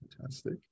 fantastic